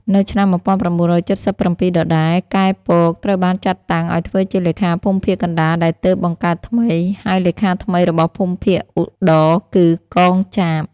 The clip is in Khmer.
នៅឆ្នាំ១៩៧៧ ដដែល កែ ពក ត្រូវបានចាត់តាំងឱ្យធ្វើជាលេខាភូមិភាគកណ្តាលដែលទើបបង្កើតថ្មី ហើយលេខាថ្មីរបស់ភូមិភាគឧត្តរគឺ កង ចាប។